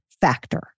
Factor